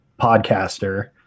podcaster